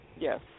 Yes